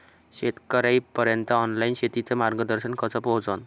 शेतकर्याइपर्यंत ऑनलाईन शेतीचं मार्गदर्शन कस पोहोचन?